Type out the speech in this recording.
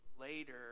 later